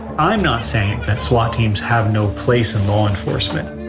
i'm not saying that swat teams have no place in law enforcement.